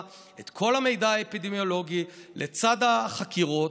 את כל המידע האפידמיולוגי לצד החקירות.